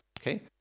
okay